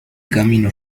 camino